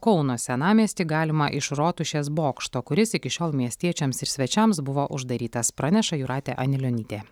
kauno senamiestį galima iš rotušės bokšto kuris iki šiol miestiečiams ir svečiams buvo uždarytas praneša jūratė anilionytė